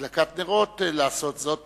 הדלקת נרות, לעשות זאת